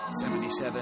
77